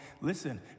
Listen